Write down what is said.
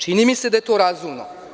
Čini mi se da je to razumno.